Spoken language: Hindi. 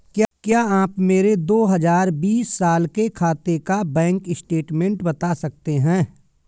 क्या आप मेरे दो हजार बीस साल के खाते का बैंक स्टेटमेंट बता सकते हैं?